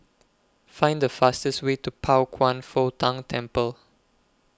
Find The fastest Way to Pao Kwan Foh Tang Temple